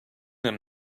them